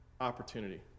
opportunity